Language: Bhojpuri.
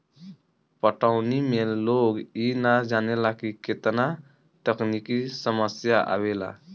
पटवनी में लोग इ ना जानेला की केतना तकनिकी समस्या आवेला